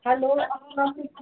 hello السلام علیکُم